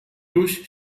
durch